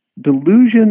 delusion